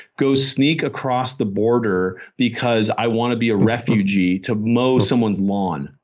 go sneak across the border because i want to be a refugee to mow someone's lawn.